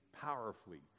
powerfully